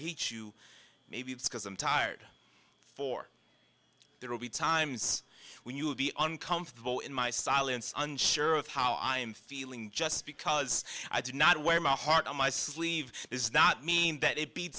hate you maybe it's because i'm tired for there will be times when you will be uncomfortable in my silence unsure of how i am feeling just because i did not wear my heart on my sleeve is not mean that it be